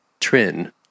Trin